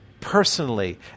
personally